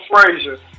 Frazier